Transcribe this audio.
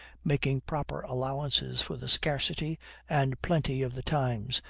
making proper allowances for the scarcity and plenty of the times,